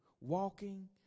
walking